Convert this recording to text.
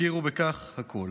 יכירו בכך הכול".